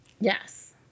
yes